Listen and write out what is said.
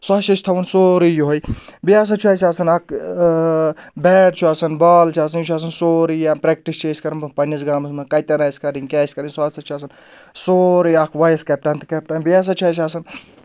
سُہ ہَسا چھِ أسۍ تھاوُن سورُے یِہوے بیٚیہِ ہَسا چھُ اَسہِ آسان اَکھ بیٹ چھُ آسَان بال چھُ آسَان یہِ چھُ آسَان سورُے یا پرٛؠکٹِس چھِ أسۍ کَران پَنٕنِس گامَس منٛز کَتؠن آسہِ کَرٕنۍ کیاہ آسہِ کَرٕنۍ سُہ ہَسا چھُ آسان سورُے اَکھ وایِس کیپٹَنتھ کیپٹَن بیٚیہِ ہَسا چھُ اَسہِ آسان